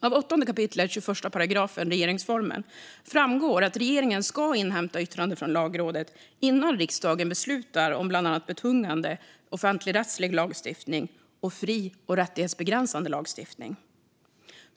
Av 8 kap. 21 § regeringsformen framgår att regeringen ska inhämta yttrande från Lagrådet innan riksdagen beslutar om bland annat betungande offentligrättslig lagstiftning och fri och rättighetsbegränsande lagstiftning.